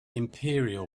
imperial